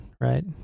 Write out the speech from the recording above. right